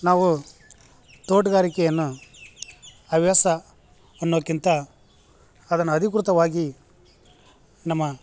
ನಾವು ತೋಟಗಾರಿಕೆಯನ್ನು ಹವ್ಯಾಸ ಅನ್ನೋಕಿಂತ ಅದನ ಅಧಿಕೃತವಾಗಿ ನಮ್ಮ